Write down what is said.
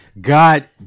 God